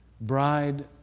Bride